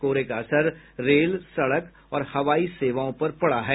कोहरे का असर रेल सड़क और हवाई सेवाओं पर पड़ा है